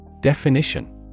Definition